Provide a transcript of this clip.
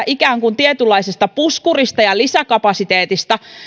ikään kuin tietynlaisesta puskurista ja lisäkapasiteetista